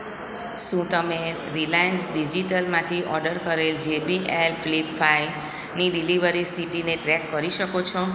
શું તમે રિલાયન્સ ડિજિટલમાંથી ઓર્ડર કરેલ જેબીએલ ફ્લિપ ફાય ની ડિલિવરીની સ્થિતિને ટ્રેક કરી શકો છો